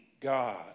God